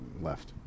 left